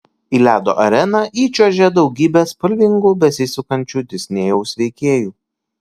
į ledo areną įčiuožė daugybė spalvingų besisukančių disnėjaus veikėjų